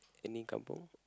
any kampung